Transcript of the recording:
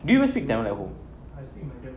do you even speak tamil at home